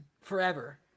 forever